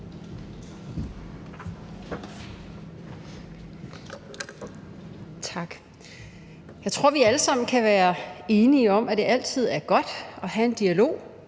Tak. Jeg tror, vi alle sammen kan være enige om, at det altid er godt at have en dialog